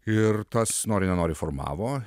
ir tas nori nenori formavo